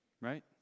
right